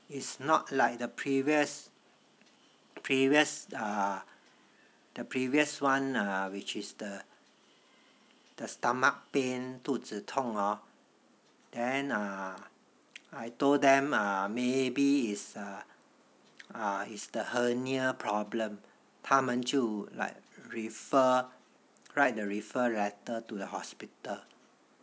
it's not like the previous previous ah the previous one which is the the stomach pain 肚子痛 hor then I told them maybe is err is the hernia problem 他们就 like refer write the refer letter to the hospital